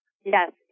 Yes